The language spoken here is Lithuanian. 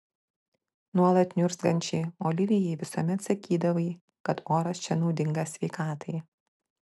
nuolat niurzgančiai olivijai visuomet sakydavai kad oras čia naudingas sveikatai